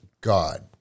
God